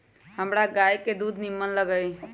हमरा गाय के दूध निम्मन लगइय